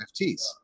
NFTs